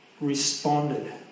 responded